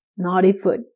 Naughtyfoot